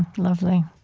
lovely.